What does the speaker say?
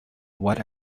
what